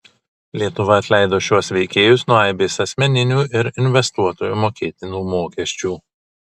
lietuva atleido šiuos veikėjus nuo aibės asmeninių ir investuotojo mokėtinų mokesčių